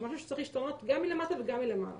זה משהו שצריך להשתנות גם מלמטה וגם מלמעלה.